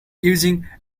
using